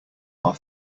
are